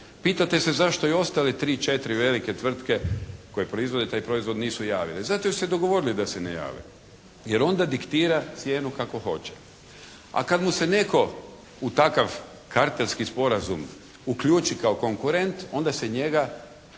Pitate se zašto i ostale 3, 4 velike tvrtke koje proizvode taj proizvod nisu javile. Zato jer su se dogovorile da se ne jave. Jer onda diktira cijenu kako hoće. A kad mu se netko u takav kartelski sporazum uključio kao konkurent onda se njega